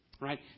Right